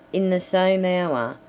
in the same hour,